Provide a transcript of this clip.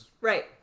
Right